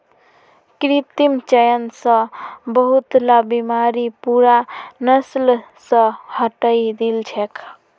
कृत्रिम चयन स बहुतला बीमारि पूरा नस्ल स हटई दी छेक